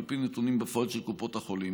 על פי נתונים בפועל של קופות החולים.